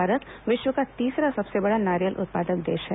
भारत विश्व का तीसरा सबसे बड़ा नारियल उत्पादक देश है